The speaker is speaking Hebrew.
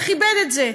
וכיבד את זה.